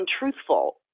untruthful